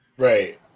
Right